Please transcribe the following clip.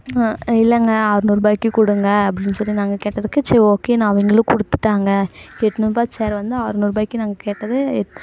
இல்லைங்க அறநூறுபாய்க்கு கொடுங்க அப்படின்னு சொல்லி நாங்கள் கேட்டதுக்கு சரி ஓகே அவங்களும் கொடுத்துட்டாங்க எண்நூறுபா சேர் வந்து அறநூறுபாய்க்கு நாங்கள் கேட்டது